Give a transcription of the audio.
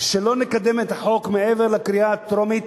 שלא נקדם את החוק, מעבר לקריאה הטרומית,